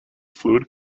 fluid